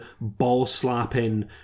ball-slapping